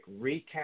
recap